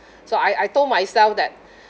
so I I told myself that